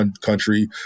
country